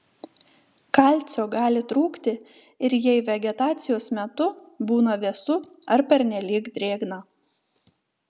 kalcio gali trūkti ir jei vegetacijos metu būna vėsu ar pernelyg drėgna